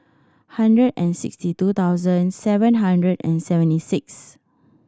hundred and sixty two thousand seven hundred and seventy six